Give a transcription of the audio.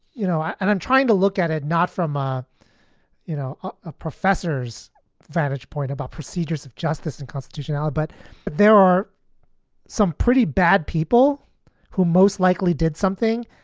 you know, and i'm trying to look at it not from my ah you know ah professors vantage point about procedures of justice and constitutional. but there are some pretty bad people who most likely did something.